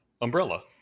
umbrella